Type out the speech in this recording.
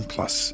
Plus